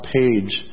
page